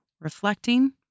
reflecting